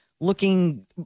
looking